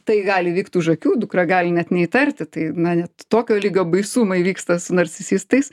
tai gali vykt už akių dukra gali net neįtarti tai na net tokio lygio baisumai vyksta su narcisistais